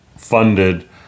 funded